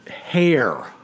hair